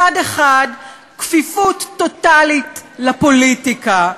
מצד אחד, כפיפות טוטלית לפוליטיקה,